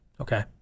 Okay